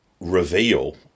reveal